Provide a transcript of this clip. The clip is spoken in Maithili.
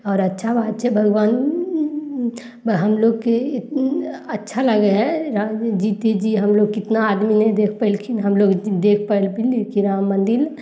आओर अच्छा बात छै भगवान हमलोगके अच्छा लागय हइ रा जीतेजी हमलोग कितना आदमी नहि देख पयलखिन हन हम लोग देख पाबियै कि राम मन्दिर